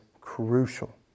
crucial